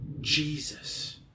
Jesus